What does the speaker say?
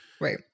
Right